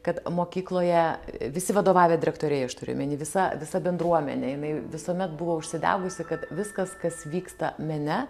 kad mokykloje visi vadovavę direktoriai aš turiu omeny visa visa bendruomenė jinai visuomet buvo užsidegusi kad viskas kas vyksta mene